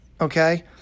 okay